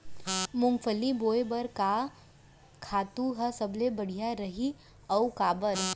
मूंगफली बोए बर का खातू ह सबले बढ़िया रही, अऊ काबर?